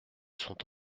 sont